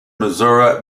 missouri